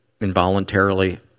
involuntarily